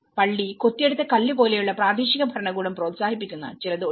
പള്ളി കൊത്തിയെടുത്ത കല്ല് പോലെയുള്ള പ്രാദേശിക ഭരണകൂടം പ്രോത്സാഹിപ്പിക്കുന്ന ചിലത് ഒഴികെ